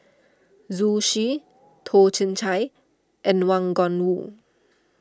Zhu Xu Toh Chin Chye and Wang Gungwu